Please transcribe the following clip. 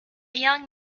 young